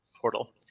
portal